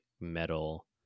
metal